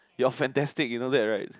you're fantastic you know that right